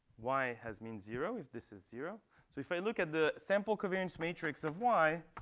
y has mean zero, if this is zero. so if i look at the sample covariance matrix of y,